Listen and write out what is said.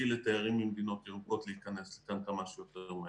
לתיירים ממדינות ירוקות להיכנס לכאן כמה שיותר מהר.